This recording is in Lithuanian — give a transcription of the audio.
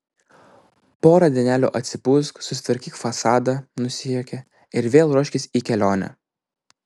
porą dienelių atsipūsk susitvarkyk fasadą nusijuokė ir vėl ruoškis į kelionę